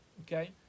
Okay